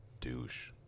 Douche